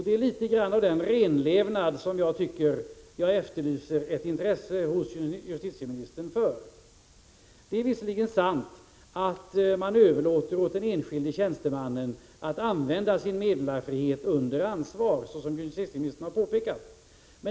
Det är ett visst intresse för en sådan renlevnad som jag efterlyser, justitieministern! Det är visserligen sant att det överlåts åt den enskilde tjänstemannen att använda sin meddelarfrihet under ansvar, som justitieministern har påpekat.